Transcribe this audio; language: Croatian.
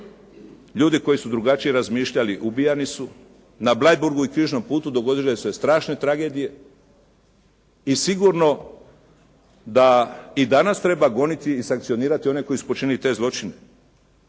Ljudi koji su drugačije razmišljali ubijani su. Na Bleiburgu i Križnom putu dogodile su se strašne tragedije i sigurno da i danas treba goniti i sankcionirati one koji su počinili te zločine.